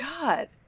God